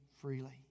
freely